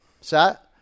Set